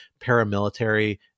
paramilitary